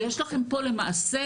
למעשה,